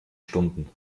stunden